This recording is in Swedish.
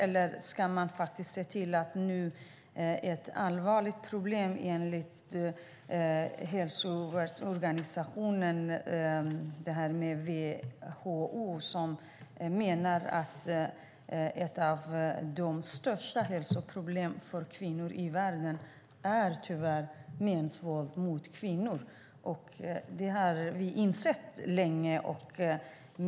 Detta är ett allvarligt problem, enligt Världshälsoorganisationen. WHO menar att ett av de största hälsoproblemen för kvinnor i världen tyvärr är mäns våld mot kvinnor. Det har vi insett länge.